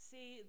See